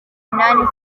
munani